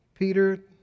Peter